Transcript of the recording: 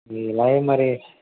ఇలాగే మరీ